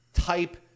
type